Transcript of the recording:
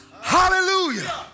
hallelujah